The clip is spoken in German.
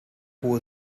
hohe